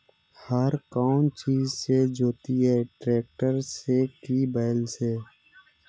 हर कौन चीज से जोतइयै टरेकटर से कि बैल से?